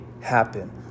happen